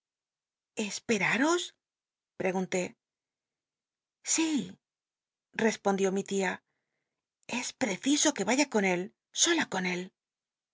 pregunté si respondió mi tia es preciso que vaya con él sola con él